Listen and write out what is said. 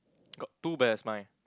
got two bears mine